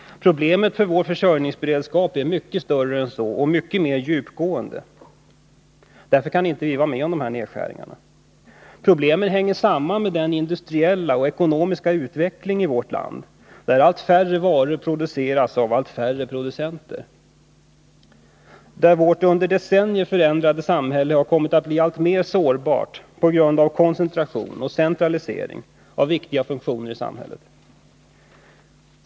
Problemen med vår försörjningsberedskap är mycket större än så och mycket mer djupgående. Därför kan vårt parti inte vara med om dessa nedskärningar. Problemen hänger samman med den industriella och ekonomiska utvecklingen i vårt land, där allt färre varor produceras av allt färre producenter, där vårt under decennier förändrade samhälle har kommit att bli alltmer sårbart på grund av koncentration och centralisering av viktiga funktioner i samhället.